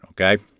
okay